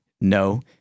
No